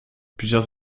plusieurs